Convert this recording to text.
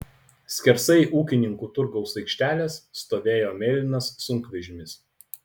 skersai ūkininkų turgaus aikštelės stovėjo mėlynas sunkvežimis